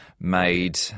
made